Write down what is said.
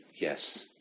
yes